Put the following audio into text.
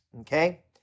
okay